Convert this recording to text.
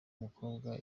mukobwa